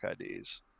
ids